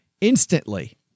instantly